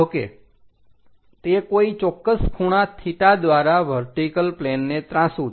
જો કે તે કોઈ ચોક્કસ ખૂણા થીટા દ્વારા વર્ટિકલ પ્લેનને ત્રાંસુ છે